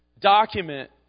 document